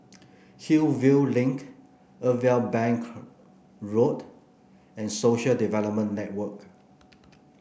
Hillview Link Irwell Bank Road and Social Development Network